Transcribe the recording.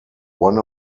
one